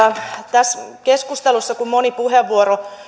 tässä keskustelussa kun moni puheenvuoro